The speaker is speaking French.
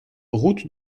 route